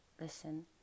listen